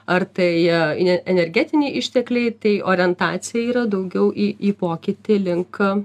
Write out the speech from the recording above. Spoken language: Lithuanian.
ar tai ne energetiniai ištekliai tai orientacija yra daugiau į į pokytį link